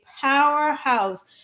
powerhouse